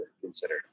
consider